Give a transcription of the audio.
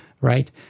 right